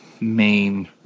main